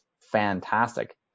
fantastic